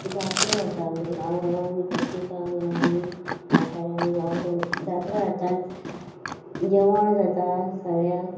जात्रो जाता आमगे गांव गांवानी कॅथलिकां गांवानी वाठारांनी गांवच्या जात्र आताच जेवण जाता सगळ्याक